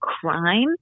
crime